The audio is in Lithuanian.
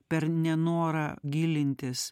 per nenorą gilintis